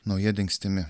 nauja dingstimi